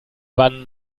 waren